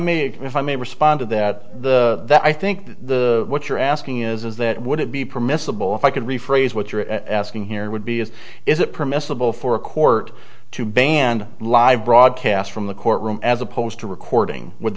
made if i may respond to that the i think the what you're asking is that would it be permissible if i could rephrase what you're asking here would be is is it permissible for a court to ban live broadcast from the courtroom as opposed to recording would